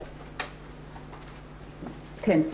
כן.